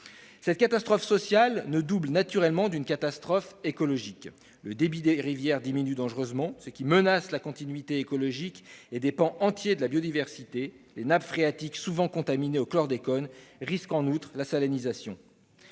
Cette catastrophe sociale se double naturellement d'une catastrophe écologique : le débit des rivières diminue dangereusement, ce qui menace la continuité écologique et des pans entiers de la biodiversité. Les nappes phréatiques, souvent contaminées au chlordécone, risquent en outre la salinisation.